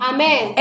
Amen